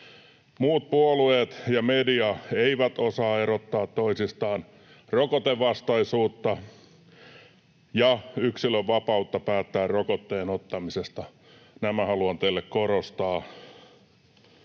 muut puolueet ja media eivät osaa erottaa toisistaan rokotevastaisuutta ja yksilönvapautta päättää rokotteen ottamisesta. — Nämä haluan teille korostaa.